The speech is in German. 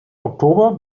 oktober